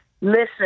Listen